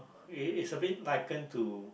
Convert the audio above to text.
it it's a bit liken to